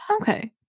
Okay